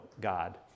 God